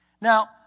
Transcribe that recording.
Now